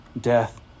death